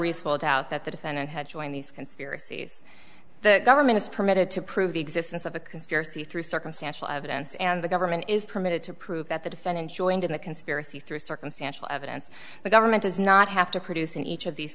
reasonable doubt that the defendant had joined these conspiracies the government is permitted to prove the existence of a conspiracy through circumstantial evidence and the government is permitted to prove that the defendant joined in a conspiracy through circumstantial evidence the government does not have to produce in each of these